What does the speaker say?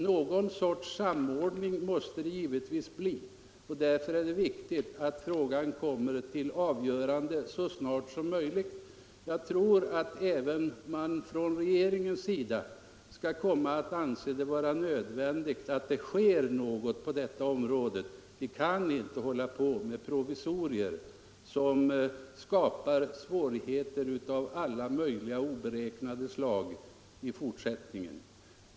Någon sorts samordning måste givetvis komma till stånd. Därför är det viktigt att frågan avgörs så snart som möjligt. Även regeringen borde inse det önskvärda i att något sker på detta område. Vi kan inte fortsätta med provisorier, som skapar svårigheter av alla möjliga obekanta slag.